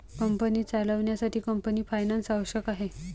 company चालवण्यासाठी company finance आवश्यक आहे